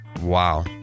Wow